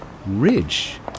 Ridge